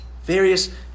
various